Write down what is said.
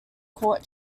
court